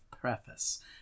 preface